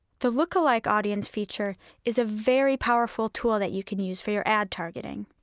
the lookalike audience feature is a very powerful tool that you can use for your ad targeting.